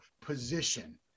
position